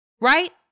right